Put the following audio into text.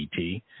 ET